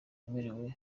wemerewe